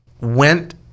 went